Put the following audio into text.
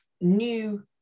new